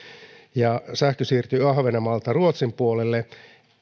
ja sähkö siirtyy ahvenanmaalta ruotsin puolelle